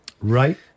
Right